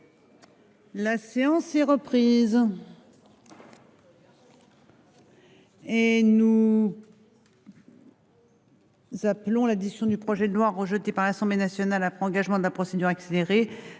La séance est reprise. L’ordre du jour appelle la discussion du projet de loi, rejeté par l’Assemblée nationale après engagement de la procédure accélérée,